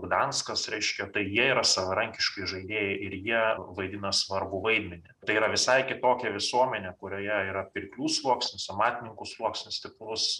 gdanskas reiškia tai jie yra savarankiški žaidėjai ir jie vaidina svarbų vaidmenį tai yra visai kitokia visuomenė kurioje yra pirklių sluoksnis amatininkų sluoksnis stiprus